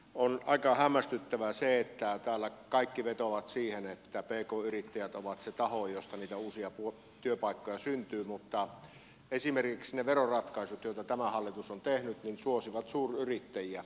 on aika hämmästyttävää että täällä kaikki vetoavat siihen että pk yrittäjät ovat se taho mistä niitä uusia työpaikkoja syntyy mutta esimerkiksi ne veroratkaisut joita tämä hallitus on tehnyt suosivat suuryrittäjiä